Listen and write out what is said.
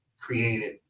created